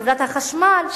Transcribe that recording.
בחברת החשמל,